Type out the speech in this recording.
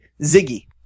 Ziggy